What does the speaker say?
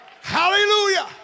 hallelujah